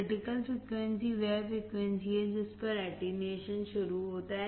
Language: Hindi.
क्रिटिकल फ्रिकवेंसी वह फ्रीक्वेंसी है जिस पर अटेन्युएशॅन शुरू होता है